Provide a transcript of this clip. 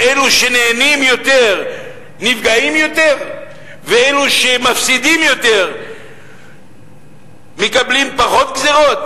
שאלו שנהנים יותר נפגעים יותר ואלו שמפסידים יותר מקבלים פחות גזירות.